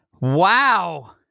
Wow